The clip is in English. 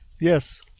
Yes